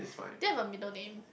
do you have a middle name